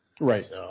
Right